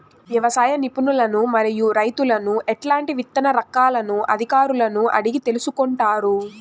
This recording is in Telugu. వ్యవసాయ నిపుణులను మరియు రైతులను ఎట్లాంటి విత్తన రకాలను అధికారులను అడిగి తెలుసుకొంటారు?